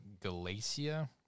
Galacia